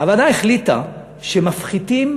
הוועדה החליטה שמפחיתים